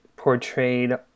portrayed